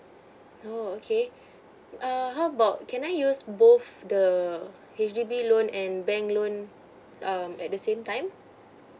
oo okay err how about can I use both the H_D_B loan and bank loan um at the same time